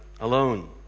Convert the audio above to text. alone